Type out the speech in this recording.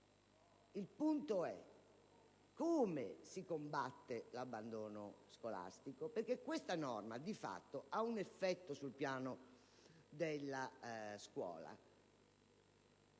Il punto è come si combatte l'abbandono scolastico: uesta norma infatti ha un effetto sul piano della scuola